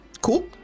Cool